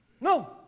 no